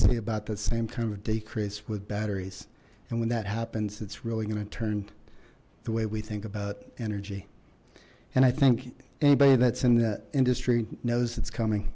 see about the same time of decrease with batteries and when that happens it's really going to turn the way we think about energy and i think anybody that's in the industry knows it's coming